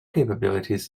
capabilities